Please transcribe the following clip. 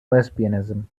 lesbianism